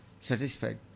satisfied